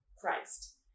Christ